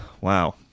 Wow